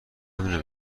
همینو